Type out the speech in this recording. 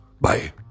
Bye